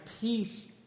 peace